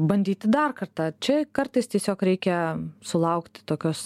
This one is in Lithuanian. bandyti dar kartą čia kartais tiesiog reikia sulaukti tokios